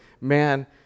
man